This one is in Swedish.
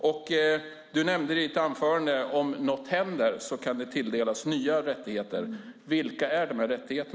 Irene Oskarsson nämnde i anförandet att om något händer kan det tilldelas nya rättigheter. Vilka är dessa rättigheter?